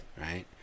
right